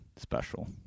special